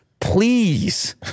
please